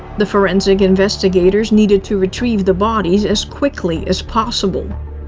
the forensic investigators needed to retrieve the bodies as quickly as possible.